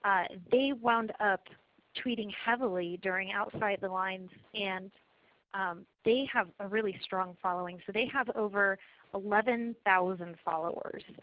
um they wound up tweeting heavily during outside the lines and they have a really strong following, so they have over eleven thousand followers.